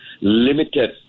limited